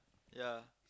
ya